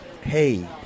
hey